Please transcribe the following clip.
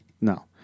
No